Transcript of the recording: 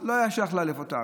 לא היה שייך לאלף אותו.